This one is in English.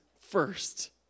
first